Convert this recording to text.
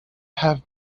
have